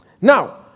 Now